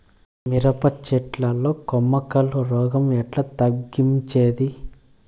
మిరప చెట్ల లో కొమ్మ కుళ్ళు రోగం ఎట్లా తగ్గించేది?